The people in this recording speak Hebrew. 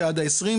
שעד ה-20,